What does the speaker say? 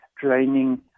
draining